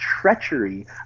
treachery